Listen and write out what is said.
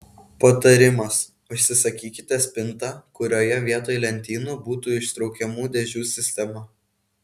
patarimas užsisakykite spintą kurioje vietoj lentynų būtų ištraukiamų dėžių sistema